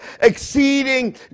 exceeding